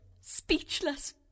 Speechless